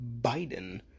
Biden